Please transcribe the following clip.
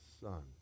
Son